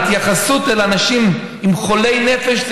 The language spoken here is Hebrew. ההתייחסות לאנשים חולי נפש,